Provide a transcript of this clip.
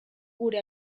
gure